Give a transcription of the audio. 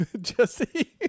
Jesse